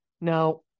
Now